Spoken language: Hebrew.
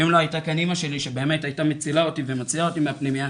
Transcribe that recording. אם לא היתה כאן אימא שלי שבאמת היתה מצילה אותי ומוציאה אותי מהפנימייה,